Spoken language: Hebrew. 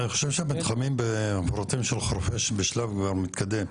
אני חושב שהמתחמים בחורפיש בשלב מתקדם.